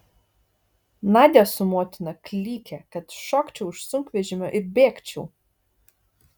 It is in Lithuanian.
nadia su motina klykė kad šokčiau iš sunkvežimio ir bėgčiau